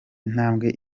intambwe